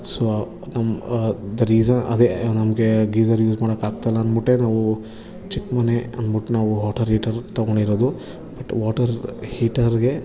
so ನಮ್ಮ geyser ಅದೇ ನಮಗೆ ಗೀಸರ್ ಯೂಸ್ ಮಾಡೋಕ್ಕಾಗ್ತಾಯಿಲ್ಲ ಅಂದುಬಿಟ್ಟೇ ನಾವು ಚಿಕ್ಕ ಮನೆ ಅಂದ್ಬಿಟ್ಟು ನಾವು ವಾಟರ್ ಹೀಟರ್ ತೊಗೊಂಡಿರೋದು ಬಟ್ ವಾಟರ್ ವಾಟರ್ ಹೀಟರ್ಗೆ